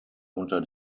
unter